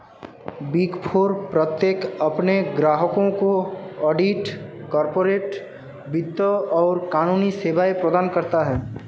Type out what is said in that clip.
big four प्रत्येक अपने ग्राहकों को ऑडिट, कॉर्पोरेट वित्त और कानूनी सेवाएं प्रदान करता है